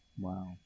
Wow